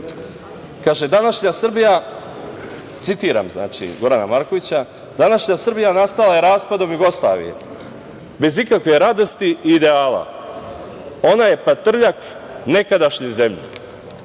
– današnja Srbija, citiram Gorana Markovića – današnja Srbija nastala je raspadom Jugoslavije, bez ikakve radosti i ideala. Ona je patrljak nekadašnje zemlje.